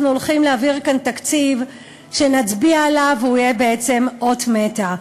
אנחנו הולכים להעביר כאן תקציב שנצביע עליו והוא יהיה בעצם אות מתה,